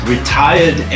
Retired